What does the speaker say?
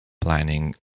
planning